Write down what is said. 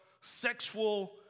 sexual